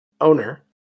owner